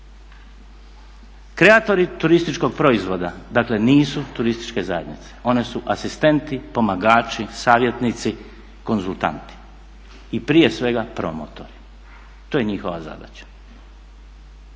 Kreatori turističkog proizvoda, dakle nisu turističke zajednice one su asistenti, pomagači, savjetnici, konzultanti i prije svega promotori to je njihova zadaća.